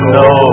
no